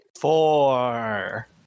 Four